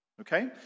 okay